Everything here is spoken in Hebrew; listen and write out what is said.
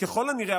ככל הנראה,